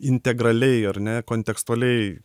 integraliai ar ne kontekstualiai